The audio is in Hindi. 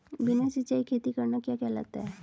बिना सिंचाई खेती करना क्या कहलाता है?